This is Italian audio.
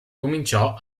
cominciò